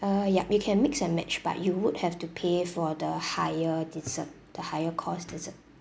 uh yup you can mix and match but you would have to pay for the higher dessert the higher cost dessert